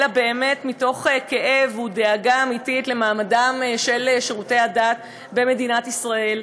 אלא באמת מתוך כאב ודאגה אמיתית למעמדם של שירותי הדת במדינת ישראל,